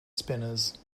spinners